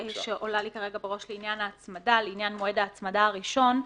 לעניין מועד ההצמדה הראשון,